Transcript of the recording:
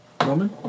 Roman